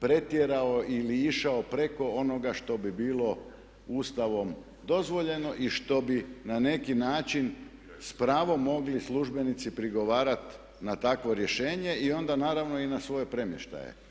pretjerao ili išao preko onoga što bi bilo Ustavom dozvoljeno i što bi na neki način s pravom službenici mogli prigovarat na takvo rješenje i onda naravno i na svoje premještaje.